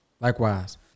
Likewise